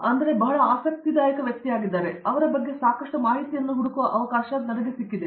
ಅವರು ಬಹಳ ಆಸಕ್ತಿದಾಯಕ ವ್ಯಕ್ತಿಯಾಗಿದ್ದಾರೆ ಅವರ ಬಗ್ಗೆ ಸಾಕಷ್ಟು ಮಾಹಿತಿಯನ್ನು ಹುಡುಕುವ ಅವಕಾಶ ನನಗೆ ಸಿಕ್ಕಿದೆ